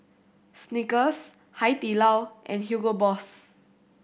Snickers Hai Di Lao and Hugo Boss